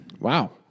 Wow